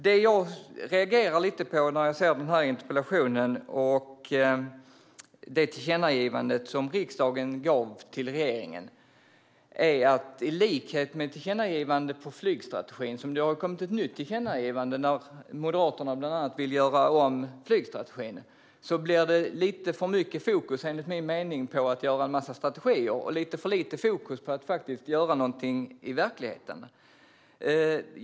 Det jag reagerar lite på när jag ser denna interpellation och riksdagens tillkännagivande till regeringen är att det, liksom i det nya tillkännagivandet om flygstrategin, där Moderaterna bland annat vill göra om strategin, enligt min mening blir lite för mycket fokus på att utforma en massa strategier och lite för lite fokus på att faktiskt göra något i verkligheten.